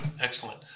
excellent